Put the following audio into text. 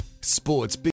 Sports